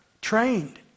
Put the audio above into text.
Trained